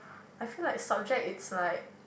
I feel like subject is like